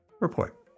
Report